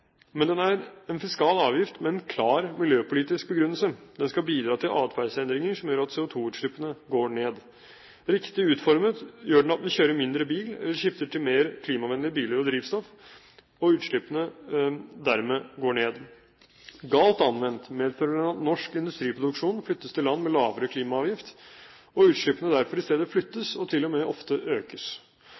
men den er en fiskal avgift med en klar miljøpolitisk begrunnelse: Den skal bidra til atferdsendringer som gjør at CO2-utslippene går ned. Riktig utformet gjør den at vi kjører mindre bil eller skifter til mer klimavennlige biler og drivstoff, og at utslippene dermed går ned. Galt anvendt medfører den at norsk industriproduksjon flytter til land med lavere klimaavgift, og at utslippene derfor i stedet flyttes – og